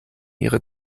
ihre